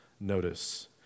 notice